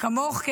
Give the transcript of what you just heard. כמוך,